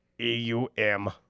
E-U-M